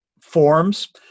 forms